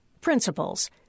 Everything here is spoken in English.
principles